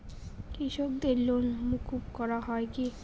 কৃষকদের লোন মুকুব করা হয় কি?